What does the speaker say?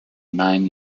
nine